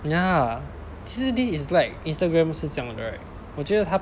ya 其实 this is like Instagram 是这样的 right 我觉得他